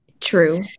True